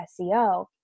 SEO